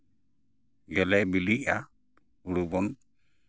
ᱜᱮᱞᱮ ᱵᱤᱞᱤᱜᱼᱟ ᱦᱳᱲᱳ ᱵᱚᱱ